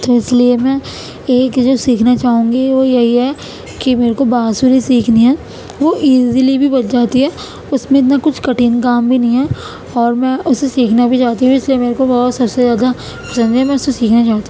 تو اس لیے میں ایک جو سیکھنا چاہوں گی وہ یہی ہے کہ میرے کو بانسری سیکھنی ہے وہ ایزلی بھی بج جاتی ہے اس میں اتنا کچھ کٹھن کام بھی نہیں ہے اور میں اسے سیکھنا بھی چاہتی ہوں اس لیے میرے کو بہت سب سے زیادہ پسند ہے میں اس کو سیکھنا چاہتی